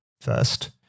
First